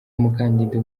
umukandida